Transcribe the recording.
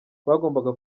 twagombaga